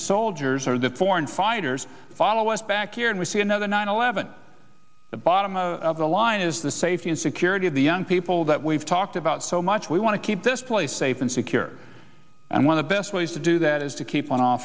soldiers or the foreign fighters follow us back here and we see another nine eleven the bottom line is the safety and security of the young people that we've talked about so much we want to keep this place safe and secure and when the best ways to do that is to keep on o